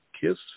kiss